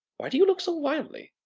why do you look so wildly?